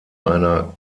einer